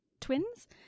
twins